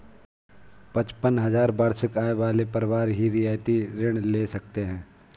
पचपन हजार वार्षिक आय वाले परिवार ही रियायती ऋण ले सकते हैं